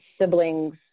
siblings